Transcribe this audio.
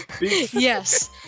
Yes